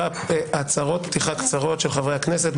הצהרות פתיחה קצרות של חברי הכנסת,